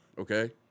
okay